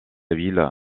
ville